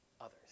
others